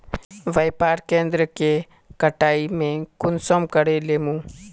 व्यापार केन्द्र के कटाई में कुंसम करे लेमु?